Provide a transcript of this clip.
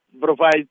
provide